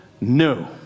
no